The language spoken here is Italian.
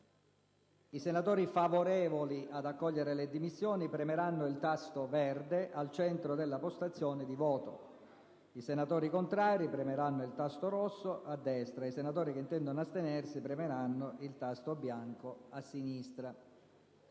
I senatori favorevoli ad accogliere le dimissioni premeranno il tasto verde al centro della postazione di voto; i senatori contrari premeranno il tasto rosso a destra; i senatori che intendono astenersi premeranno il tasto bianco a sinistra.